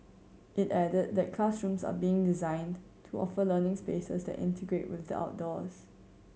it added that classrooms are being designed to offer learning spaces that integrate with the outdoors